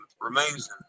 remains